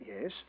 Yes